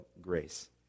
grace